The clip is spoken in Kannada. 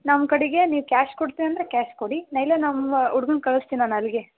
ನಮ್ಮ ಕಡೆಗೆ ನೀವು ಕ್ಯಾಶ್ ಕೊಡ್ತೆ ಅಂದರೆ ಕ್ಯಾಶ್ ಕೊಡಿ ಇಲ್ಲ ನಮ್ಮ ಹುಡ್ಗನ ಕಳ್ಸ್ತೀನಿ ನಾನು ಅಲ್ಲಿಗೆ